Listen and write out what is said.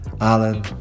Alan